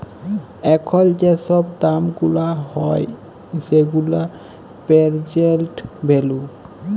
এখল যে ছব দাম গুলা হ্যয় সেগুলা পের্জেল্ট ভ্যালু